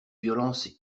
violence